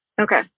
Okay